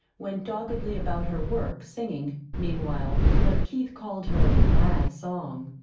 went doggedly about her work, singing, meanwhile, what keith called her mad song.